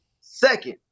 second